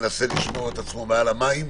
שמנסה לשמור את עצמו מעל המים,